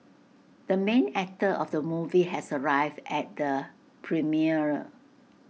the main actor of the movie has arrived at the premiere